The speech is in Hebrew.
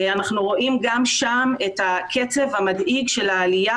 אנחנו רואים גם שם את הקצב המדאיג של העלייה